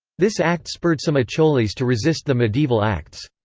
this act spurred some acholis to resist the medieval acts.